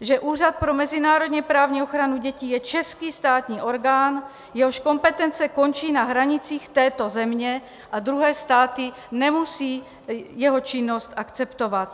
že Úřad pro mezinárodněprávní ochranu dětí je český státní orgán, jehož kompetence končí na hranicích této země, a druhé státy nemusí jeho činnost akceptovat.